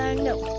ah no.